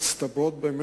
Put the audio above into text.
שהן בעיות מצטברות,